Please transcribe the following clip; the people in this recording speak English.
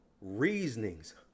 Reasonings